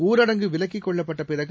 ஊரடங்கு விலக்கிக் கொள்ளப்பட்ட பிறகு